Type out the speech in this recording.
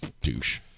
Douche